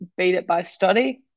beatitbystudy